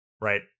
Right